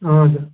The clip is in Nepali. हजुर